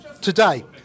today